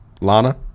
Lana